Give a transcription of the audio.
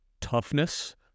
toughness